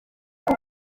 koko